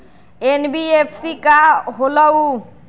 NBFC का होलहु?